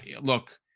Look